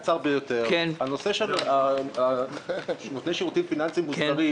נושא נותני שירותים פיננסיים מוסדרים